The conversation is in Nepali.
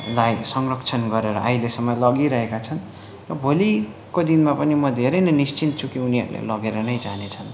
लाई संरक्षण गरेर अहिलेसम्म लगिरहेका छन् र भोलिको दिनमा पनि म धेरै नै निश्चिन्त छु उनीहरूले लगेर नै जानेछन्